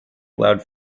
allowed